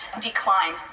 decline